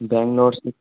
बैंगलौर से